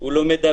הוא לא מדבר.